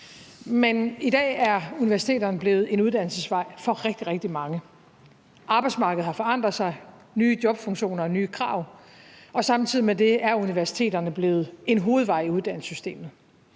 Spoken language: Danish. Men i dag er universiteterne blevet en uddannelsesvej for rigtig, rigtig mange. Arbejdsmarkedet har forandret sig, der er nye jobfunktioner og nye krav, og samtidig med det er universiteterne blevet en hovedvej i uddannelsessystemet.